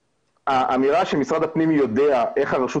האמירה שמשרד הפנים יודע איך הרשות